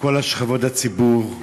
מכל שכבות הציבור.